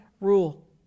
rule